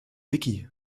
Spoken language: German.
wiki